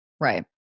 Right